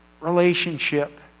Relationship